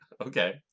Okay